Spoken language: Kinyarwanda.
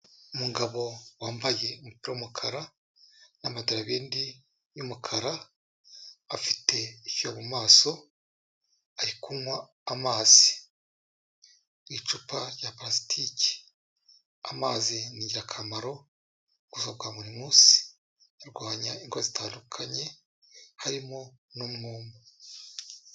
Umugabo wambaye umupira w'umukara n'amadarubindi y'umukara, afite icyuya mu maso, ari kunywa amazi, mu icupa rya parasitiki, amazi ni ingirakamaro mu buzima bwa buri munsi, arwanya indwara zitandukanye, harimo n'umwuma.